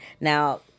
Now